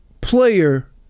player